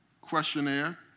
questionnaire